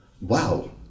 Wow